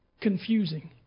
confusing